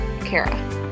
Kara